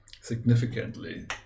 significantly